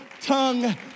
tongue